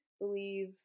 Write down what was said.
believe